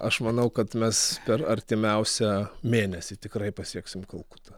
aš manau kad mes per artimiausią mėnesį tikrai pasieksim kalkutą